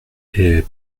les